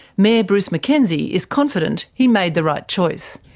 mayor bruce mackenzie is confident he made the right choice.